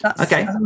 okay